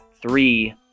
three